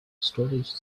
storage